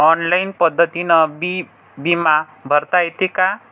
Online पद्धतीनं बी बिमा भरता येते का?